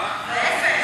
אה, כן?